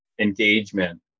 engagement